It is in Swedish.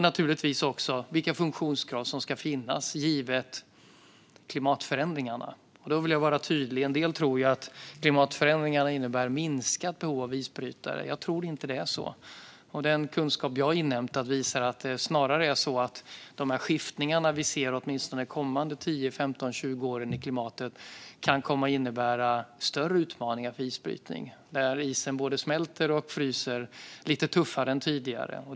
Naturligtvis handlar det också om vilka funktionskrav som ska finnas givet klimatförändringarna. Jag vill vara tydlig. En del tror att klimatförändringarna innebär ett minskat behov av isbrytare. Jag tror inte att det är så. Den kunskap jag har inhämtat visar att det snarare är så att de skiftningar vi ser i klimatet åtminstone de kommande 10-15-20 åren kan komma att innebära större utmaningar för isbrytning, när isen både smälter och fryser lite tuffare än tidigare.